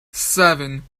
seven